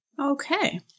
Okay